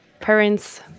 parents